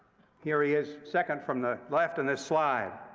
here he is second from the left in this slide.